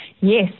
Yes